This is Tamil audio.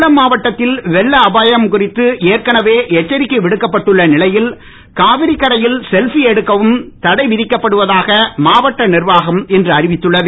சேலம் மாவட்டத்தில் வெள்ள அபாயம் குறித்து ஏற்கனவே எச்சரிக்கை விடுக்கப்பட்டுள்ள நிலையில் காவிரி கரையில் செல்ஃபி எடுக்கவும் தடைவிதிக்கப்படுவதாக மாவட்ட நிர்வாகம் தெரிவிக்கப்பட்டுள்ளது